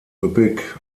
üppig